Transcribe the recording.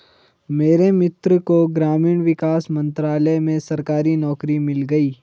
मेरे मित्र को ग्रामीण विकास मंत्रालय में सरकारी नौकरी मिल गई